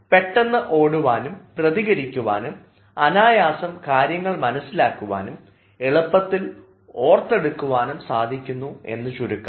പെട്ടെന്ന് ഓടുവാനും പ്രതികരിക്കുവാനും അനായാസം കാര്യങ്ങൾ മനസ്സിലാക്കുവാനും എളുപ്പത്തിൽ ഓർത്തെടുക്കുവാനും സാധിക്കുന്നു എന്ന് ചുരുക്കം